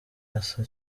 asa